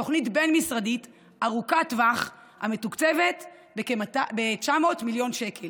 תוכנית בין-משרדית ארוכת טווח המתוקצבת ב-900 מיליון שקל